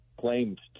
claimed